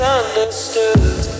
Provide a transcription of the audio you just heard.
understood